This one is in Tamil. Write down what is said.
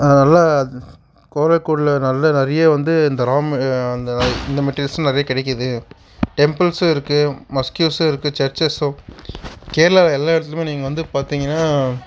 அதனால கோழிக்கூடுல நல்ல நிறைய வந்து இந்த ரா இந்த மெட்டிரியல்சு நிறைய கிடைக்கிது டெம்பில்ஸ்சும் இருக்குது மஸ்க்கியுஸும் இருக்குது சர்ச்சஸும் கேரளாவில் எல்லா இடத்துலையுமே நீங்கள் வந்து பார்த்தீங்னா